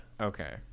okay